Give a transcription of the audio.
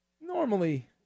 normally